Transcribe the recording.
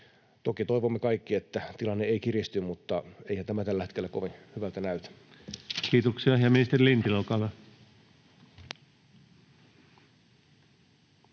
Toki toivomme kaikki, että tilanne ei kiristy, mutta eihän tämä tällä hetkellä kovin hyvältä näytä. Kiitoksia.